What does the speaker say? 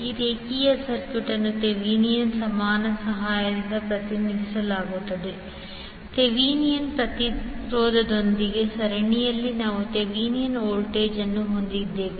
ಈ ರೇಖೀಯ ಸರ್ಕ್ಯೂಟ್ ಅನ್ನು ಥೆವೆನಿನ್ ಸಮಾನ ಸಹಾಯದಿಂದ ಪ್ರತಿನಿಧಿಸಲಾಗುತ್ತದೆ ಥೆವೆನಿನ್ ಪ್ರತಿರೋಧದೊಂದಿಗೆ ಸರಣಿಯಲ್ಲಿ ನಾವು ಥೆವೆನಿನ್ ವೋಲ್ಟೇಜ್ ಅನ್ನು ಹೊಂದಿದ್ದೇವೆ